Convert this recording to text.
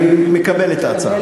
אני מקבל את ההצעה.